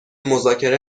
مذاکره